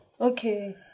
Okay